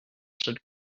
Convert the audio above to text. should